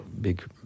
big